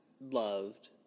loved